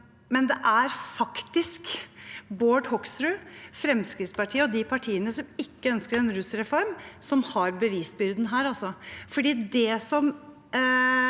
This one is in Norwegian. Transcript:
men det er faktisk Bård Hoksrud og Fremskrittspartiet og de partiene som ikke ønsker en rusreform, som har bevisbyrden her,